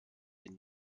den